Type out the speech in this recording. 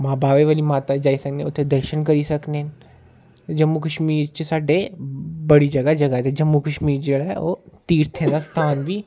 मां बाबे बाली माता जाई सकने उत्थे दर्शन करी सकने न जम्मू कश्मीर च साड्ढे बड़े जगह् जगह् ऐ जम्मू कश्मीर जेह्ड़ा ऐ ओह् तीर्थे दा स्थान बी